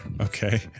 Okay